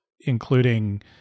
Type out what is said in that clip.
including